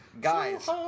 Guys